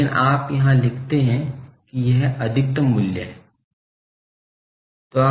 लेकिन आप यहां लिखते हैं कि यह अधिकतम मूल्य है